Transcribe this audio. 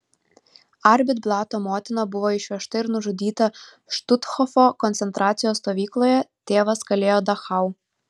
arbit blato motina buvo išvežta ir nužudyta štuthofo koncentracijos stovykloje tėvas kalėjo dachau